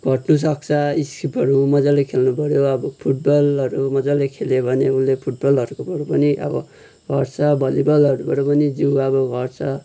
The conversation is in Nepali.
घट्नुसक्छ स्किपहरू मजाले खेल्नुपऱ्यो अब फुटबलहरू मजाले खेल्यो भने उसले फुटबलहरूकोबाट पनि अब घट्छ भलिबलहरूबाट पनि जिउ अब घट्छ